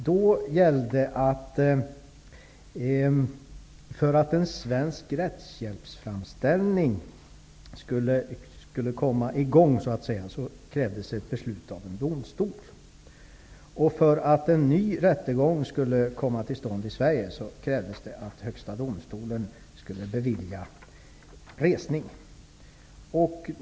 Då sades att för att en svensk rättshjälpsframställning skulle komma i gång krävdes ett beslut av en domstol, och för att en ny rättegång skulle komma till stånd i Sverige krävdes att Högsta domstolen beviljade resning.